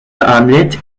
hamlet